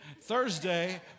Thursday